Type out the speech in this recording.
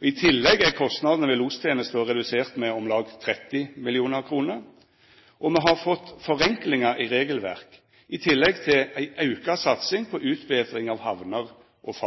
I tillegg er kostnadene ved lostenesta reduserte med om lag 30 mill. kr, og me har fått forenklingar i regelverk i tillegg til ei auka satsing på utbetring av